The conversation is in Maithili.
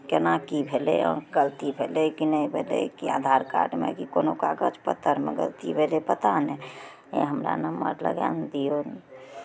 केना की भेलै गलती भेलै कि नहि भेलै कि आधार कार्डमे कि कोनो कागज पत्तरमे गलती भेलै पता नहि हमरा नम्बर लगाए ने दियौ